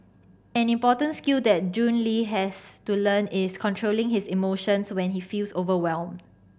an important skill that Jun Le has to learn is controlling his emotions when he feels overwhelmed